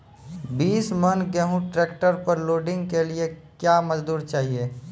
बीस मन गेहूँ ट्रैक्टर पर लोडिंग के लिए क्या मजदूर चाहिए?